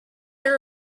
are